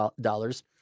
dollars